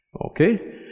okay